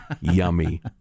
Yummy